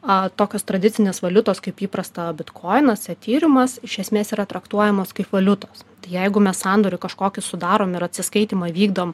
a tokios tradicinės valiutos kaip įprasta bitkoinas etyrimas iš esmės yra traktuojamas kaip valiutos tai jeigu mes sandorių kažkokį sudarom ir atsiskaitymą vykdom